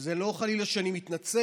וזה לא חלילה שאני מתנצל,